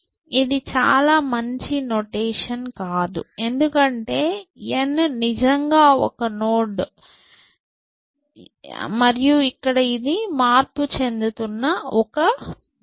ఇది చాలా మంచి నొటేషన్ కాదు ఎందుకంటే n నిజంగా ఒక నోడ్ మరియు ఇక్కడ ఇది మార్పు చెందుతున్న ఒక బిట్